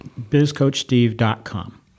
bizcoachsteve.com